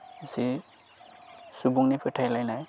जे सुबुंनि फोथायलायनाय